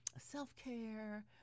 self-care